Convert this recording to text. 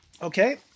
Okay